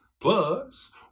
Plus